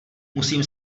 musím